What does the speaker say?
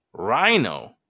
Rhino